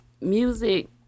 music